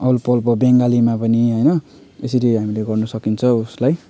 अल्प अल्प बङ्गालीमा पनि होइन यसरी हामीले गर्न सकिन्छ उसलाई